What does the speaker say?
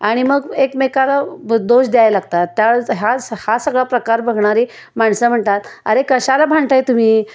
आणि मग एकमेकाला ब दोष द्यायला लागतात त्या वेळेस ह्या स् हा सगळा प्रकार बघणारी माणसं म्हणतात अरे कशाला भांडताय तुम्ही